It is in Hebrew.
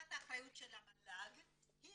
ולקיחת האחריות של המל"ג היא